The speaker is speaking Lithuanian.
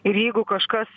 ir jeigu kažkas